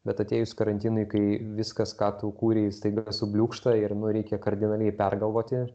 bet atėjus karantinui kai viskas ką tu kūrei staiga subliūkšta ir nu reikia kardinaliai pergalvoti